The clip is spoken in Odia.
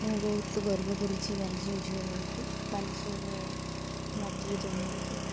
ମୁଁ ବହୁତ ଗର୍ବ କରୁଛି ବାଲେଶ୍ୱର ଝିଅ ହେଇକି ବାଲେଶ୍ୱରର ମାଟିରେ ଜନ୍ମ ହେଇକି